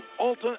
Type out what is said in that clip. Alta